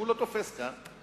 לא תופס כאן.